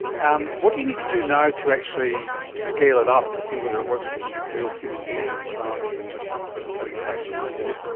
um what do you need to do now to actually scale it up to see whether it works in real human beings rather than just killing a thousand mice?